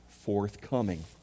forthcoming